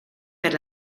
per